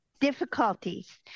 difficulties